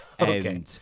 Okay